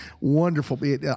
Wonderful